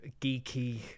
geeky